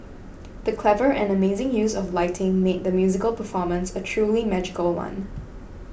the clever and amazing use of lighting made the musical performance a truly magical one